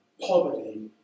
poverty